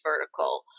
vertical